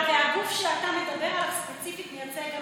והגוף שאתה מדבר עליו ספציפית מייצג גם